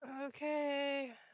Okay